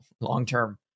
long-term